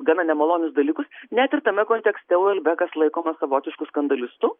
gana nemalonius dalykus net ir tame kontekste uelbekas laikomas savotišku skandalistu